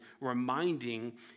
reminding